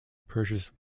purchase